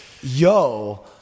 yo